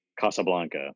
Casablanca